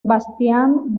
bastián